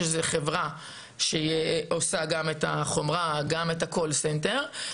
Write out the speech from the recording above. שמדובר בחברה שעושה גם את החומרה וגם את המוקד הטלפוני,